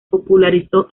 popularizó